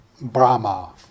Brahma